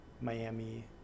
Miami